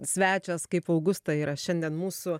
svečias kaip augusta yra šiandien mūsų